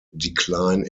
decline